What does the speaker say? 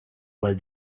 while